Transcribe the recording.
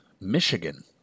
Michigan